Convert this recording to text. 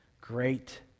great